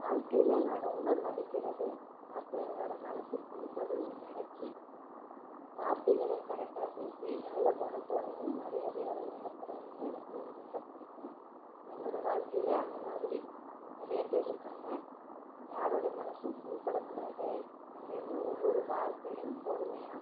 வாழ்க்கையில் நான் ரொம்ப மதிக்கிறது மத்தவங்களோட மனசு புண்படும்னு நெனைச்சி வார்த்தைகளை கரெக்டாக பேசி நல்ல குணத்தோடவும் மரியாதையோடவும் நடத்துகிறதுதான் எனக்கு ரொம்ப பிடிக்கும் என்னோட வாழ்க்கையில் அந்தமாதிரி நிறைய பேர் இருக்காங்க யாரோட மனசும் புண்படக்கூடாது அப்படின்னு ஒவ்வொரு வார்த்தையையும் பொறுமையாக